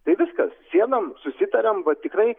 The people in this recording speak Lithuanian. tai viskas sėdam susitariam va tikrai